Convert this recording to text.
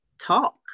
talk